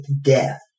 death